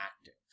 active